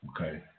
Okay